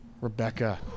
Rebecca